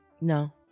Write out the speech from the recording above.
No